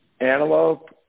antelope